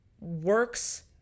works